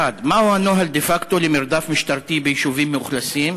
1. מה הוא הנוהל דה-פקטו למרדף משטרתי ביישובים מאוכלסים?